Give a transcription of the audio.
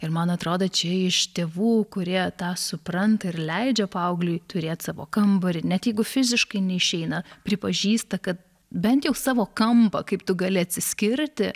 ir man atrodo čia iš tėvų kurie tą supranta ir leidžia paaugliui turėt savo kambarį net jeigu fiziškai neišeina pripažįsta kad bent jau savo kampą kaip tu gali atsiskirti